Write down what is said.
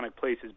places